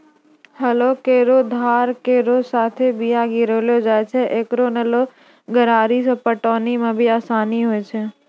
हलो केरो धार केरो साथें बीया गिरैलो जाय छै, एकरो बनलो गरारी सें पटौनी म भी आसानी होय छै?